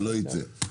לא ייצא.